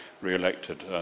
re-elected